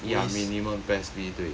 police